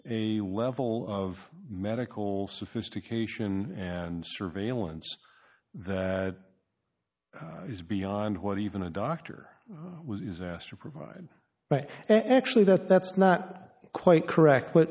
a level of medical sophistication and surveillance that it's beyond what even a doctor was asked to provide but i actually that that's not quite correct